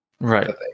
Right